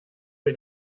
bei